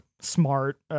smart